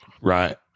Right